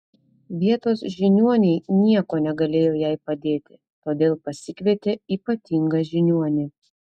vietos žiniuoniai niekuo negalėjo jai padėti todėl pasikvietė ypatingą žiniuonį